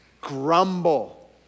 Grumble